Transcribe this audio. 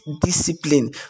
discipline